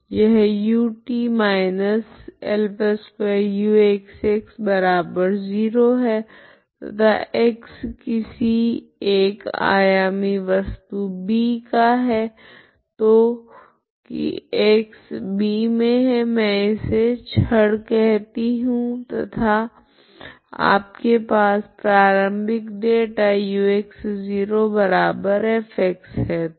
यह ut−α2uxx0 है तथा x किसी एक आयामी वस्तु B का है जो की x∈ B मैं इसे छड़ कहती हूँ तथा आपके पास प्रारम्भिक डेटा ux0f है